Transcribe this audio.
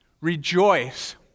Rejoice